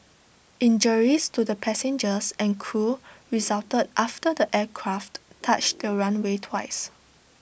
injuries to the passengers and crew resulted after the aircraft touched the runway twice